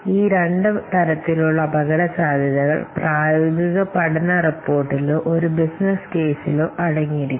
അതിനാൽ ഈ രണ്ട് തരത്തിലുള്ള അപകടസാധ്യതകൾ അടങ്ങിയിരിക്കണം ഈ രണ്ട് തരത്തിലുള്ള അപകടസാധ്യത ഈ പ്രായോഗിക പഠന റിപ്പോർട്ടിലോ ഒരു ബിസിനസ്സ് കേസിലോ അടങ്ങിയിരിക്കണം